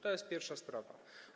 To jest pierwsza sprawa.